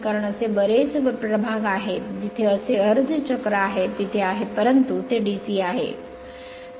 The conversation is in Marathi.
कारण असे बरेच प्रभाग आहेत तिथे असे अर्धे चक्र आहेत तिथे आहे परंतु ते DC आहे